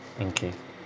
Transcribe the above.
mm okay